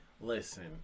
Listen